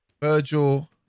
Virgil